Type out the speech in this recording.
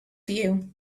you